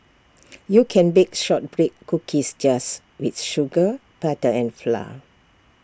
you can bake Shortbread Cookies just with sugar butter and flour